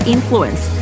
Influence